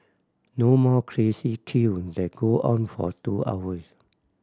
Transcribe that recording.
no more crazy queue that go on for two hours